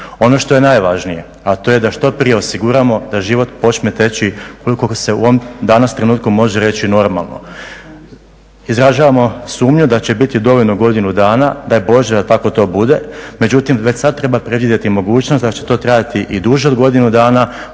Ono što je najvažnije, a to je da što prije osiguramo da život počne teći … danas trenutku može reći normalno. Izražavamo sumnju da će biti dovoljno godinu dana, daj Bože da tako to bude, međutim već sada treba predvidjeti mogućnost da će to trajati i duže od godinu dana